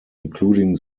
including